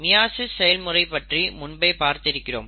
meiosis செயல்முறை பற்றி முன்பே பார்த்திருக்கிறோம்